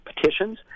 petitions